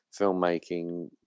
filmmaking